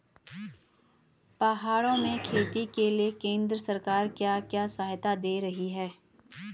पहाड़ों में खेती के लिए केंद्र सरकार क्या क्या सहायता दें रही है?